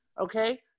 Okay